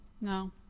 No